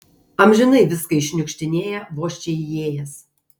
amžinai viską iššniukštinėja vos čia įėjęs